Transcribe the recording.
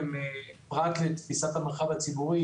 פרט לתפיסת המרחב הציבורי,